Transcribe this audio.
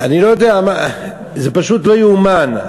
אני לא יודע מה, זה פשוט לא יאומן.